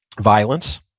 violence